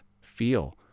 feel